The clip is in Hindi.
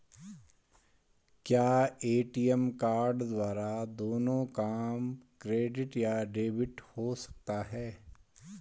क्या ए.टी.एम कार्ड द्वारा दोनों काम क्रेडिट या डेबिट हो सकता है?